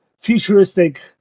futuristic